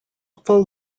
full